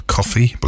Coffee